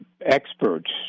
experts